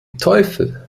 teufel